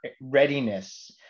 readiness